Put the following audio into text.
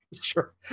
Sure